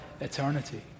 eternity